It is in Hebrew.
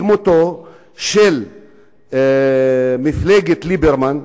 בדמותה של מפלגת ליברמן,